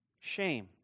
Shame